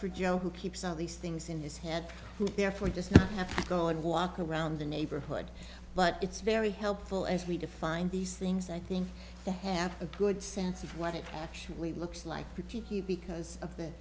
for joe who keeps all these things in his head and therefore just have to go and walk around the neighborhood but it's very helpful as we define these things i think to have a good sense of what it actually looks like because of the